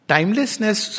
Timelessness